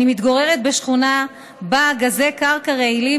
אני מתגוררת בשכונה שבה גזי קרקע רעילים